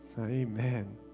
Amen